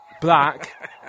black